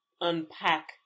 unpack